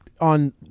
On